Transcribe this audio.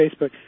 Facebook